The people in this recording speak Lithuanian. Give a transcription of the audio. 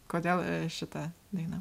kodėl šita daina